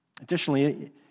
Additionally